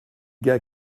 gars